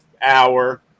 hour